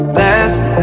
last